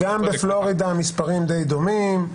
גם בפלורידה המספרים די דומים.